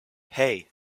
hey